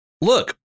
Look